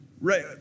right